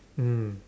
mm